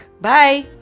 bye